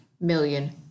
million